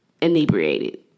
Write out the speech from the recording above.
inebriated